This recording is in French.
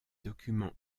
documents